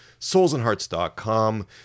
soulsandhearts.com